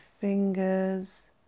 fingers